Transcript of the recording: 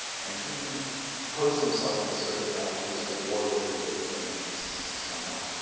and he posed himself as sort of a guy who was at war with european interests somehow,